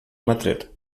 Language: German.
madrid